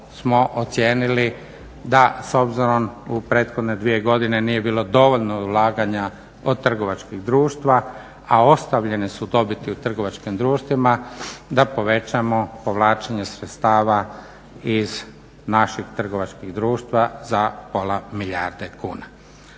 smo ocijenili da s obzirom u prethodne dvije godine nije bilo dovoljno ulaganja od trgovačkih društva, a ostavljene su dobiti u trgovačkim društvima da povećamo povlačenje sredstava iz naših trgovačkih društava za pola milijarde kuna.